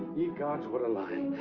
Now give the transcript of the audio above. ye gods, what a line.